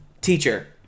Teacher